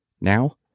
Now